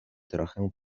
trochę